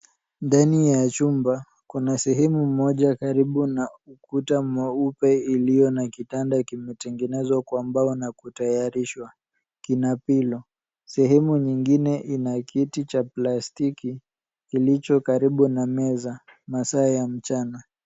Ndani ya chumba kuna sehemu moja karibu na ukuta mweupe iliyo na kitanda kimetengenezwa kwa mbao na kutayarishwa. Kina pilo. Sehemu nyingine ina kiti cha plastiki kilicho karibu na meza. Masaa ya mchana.